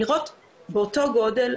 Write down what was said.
נראות באותו גודל,